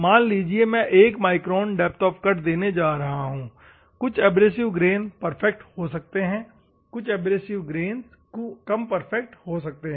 मान लीजिए मैं एक माइक्रोन डेप्थ ऑफ कट देने जा रहा हूं कुछ एब्रेसिव ग्रेन परफेक्ट हो सकते हैं कुछ एब्रेसिव ग्रेन कम परफेक्ट हो सकते हैं